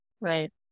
right